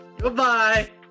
goodbye